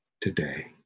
today